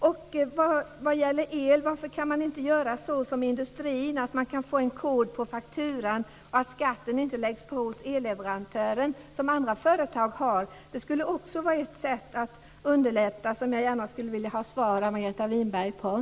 Varför kan man vad gäller el inte göra på samma sätt som i industrin? Man kan skriva en kod på fakturan så att skatten inte läggs på hos elleverantören, som andra företag gör. Det skulle också vara ett sätt att underlätta som jag gärna skulle vilja ha en kommentar från Margareta Winberg om.